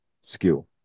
skill